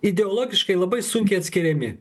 ideologiškai labai sunkiai atskiriami